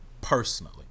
personally